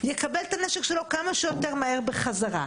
יקבל את הנשק שלו כמה שיותר מהר בחזרה.